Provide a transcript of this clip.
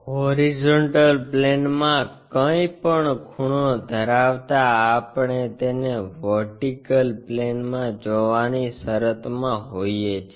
horizontal પ્લેનમાં કંઇપણ ખૂણો ધરાવતા આપણે તેને વર્ટિકલ પ્લેનમાં જોવાની શરતમાં હોઈએ છીએ